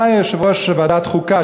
אולי יושב-ראש ועדת החוקה,